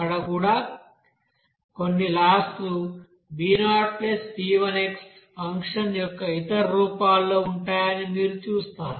అక్కడ కూడా కొన్ని లాస్ లు b0b1x ఫంక్షన్ యొక్క ఇతర రూపాల్లో ఉంటాయని మీరు చూస్తారు